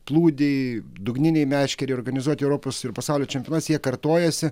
plūdei dugninei meškerei organizuoti europos ir pasaulio čempionatus jie kartojasi